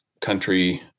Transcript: country